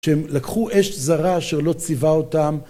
שהם לקחו אש זרה שלא ציווה אותם